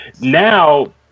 now